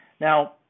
Now